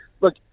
Look